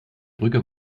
brücke